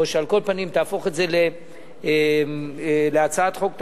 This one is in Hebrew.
או על כל פנים תהפוך את זה להצעת חוק תקציבית,